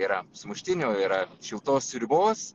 ar yra sumuštinių yra šiltos sriubos